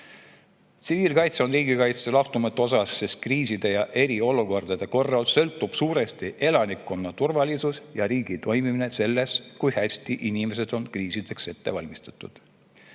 on riigikaitse lahutamatu osa, sest kriiside ja eriolukordade korral sõltub suuresti elanikkonna turvalisus ja riigi toimimine sellest, kui hästi inimesed on olnud kriisideks ette valmistatud.